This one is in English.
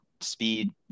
speed